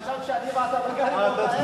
חשבתי שאתה ואני לא גרים באותה ארץ.